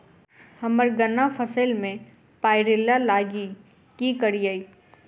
हम्मर गन्ना फसल मे पायरिल्ला लागि की करियै?